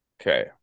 Okay